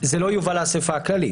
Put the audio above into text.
זה לא יובא לאספה הכללית.